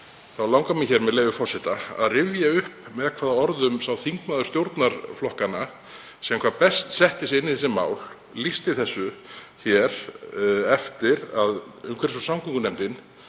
langar mig, með leyfi forseta, að rifja upp með hvaða orðum sá þingmaður stjórnarflokkanna sem hvað best setti sig inn í þessi mál lýsti þessu hér eftir að umhverfis- og samgöngunefnd